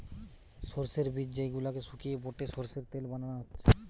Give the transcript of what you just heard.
সোর্সের বীজ যেই গুলাকে শুকিয়ে বেটে সোর্সের তেল বানানা হচ্ছে